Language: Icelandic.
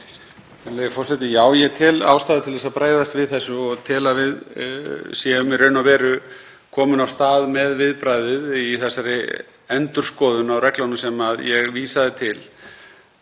forseti. Já, ég tel ástæðu til að bregðast við þessu og tel að við séum í raun og veru komin af stað með viðbragðið í þessari endurskoðun á reglunum sem ég vísaði til.